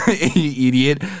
Idiot